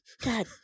god